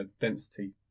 density